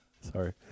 Sorry